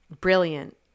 brilliant